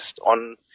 on